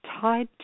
tied